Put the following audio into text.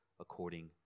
according